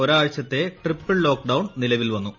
ഒരാഴ്ചത്തെ triple lockdown നിലവിൽ വന്നു